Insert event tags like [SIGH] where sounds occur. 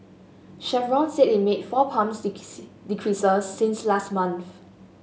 Chevron said it made four pump [UNINTELLIGIBLE] decreases since last month